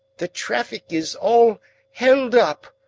the traffic is all held up.